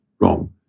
wrong